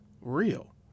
real